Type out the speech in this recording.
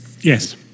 yes